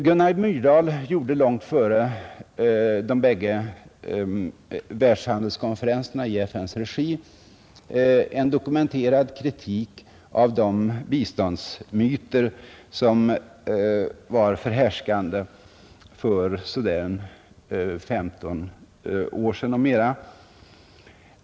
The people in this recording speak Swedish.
Gunnar Myrdal gjorde, långt före de bägge världshandelskonferenserna i FN:s regi, en dokumenterad kritik av de biståndsmyter som var förhärskande för så där femton år sedan och mera.